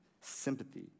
sympathy